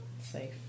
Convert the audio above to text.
safe